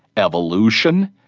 evolution,